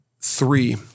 three